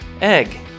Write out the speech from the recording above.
egg